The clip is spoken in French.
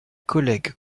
collègue